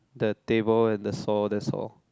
the table and the saw that's all